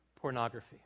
pornography